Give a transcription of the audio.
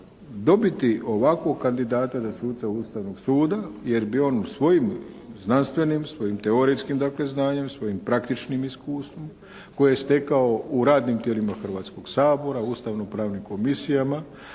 dobiti ovakvog kandidata za suca Ustavnog suda jer bi on u svojim znanstvenim, svojim teoretskim dakle znanjem, svojim praktičnim iskustvom koje je stekao u radnim tijelima Hrvatskog sabora, ustavno-pravnim komisijama,